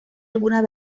alguna